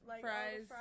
fries